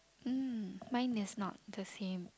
mm mine is not the same